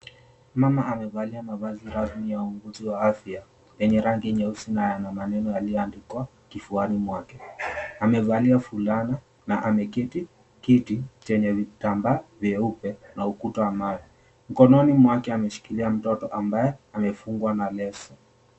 Mama amevalia mavazi rasmi ya wauguzi wa afya yenye rangi nyeusi na yana maneno yalioandikwa kifuani mwake, amevalia fulana na ameketi kiti chenye vitambaa vyeupe na ukuta wa mawe. Mkononi mwake ameshikilia mtoto ambaye amefungwa na leso.